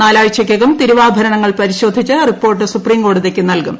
നാലാഴ്ചക്കകം തിരുവാഭരണങ്ങൾ പരിശോധിച്ച് റിപ്പോർട്ട് സുപ്രീംകോടതിക്ക് നൽകും